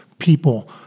people